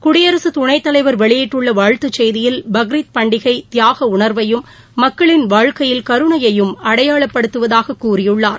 குடியரசு துணைத்தலைவர் வெளியிட்டுள்ள வாழ்த்துச் செய்தியில் பக்ரித் பண்டிகை தியாக உணர்வையும் மக்களின் வாழ்க்கையில் கருணையையும் அடையாளப்படுத்துவதாகக் கூறியுள்ளார்